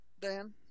Dan